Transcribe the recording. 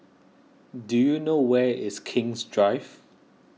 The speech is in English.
do you know where is King's Drive